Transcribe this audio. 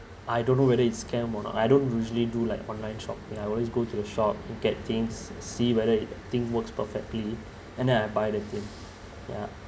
I don't know whether it's scam or not I don't usually do like online shopping I always go to the shop to get things see whether if the thing works perfectly and then I buy the thing yeah